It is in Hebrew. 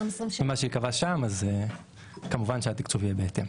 ומה שייקבע שם אז כמובן שהתקצוב יהיה בהתאם.